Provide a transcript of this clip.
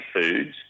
foods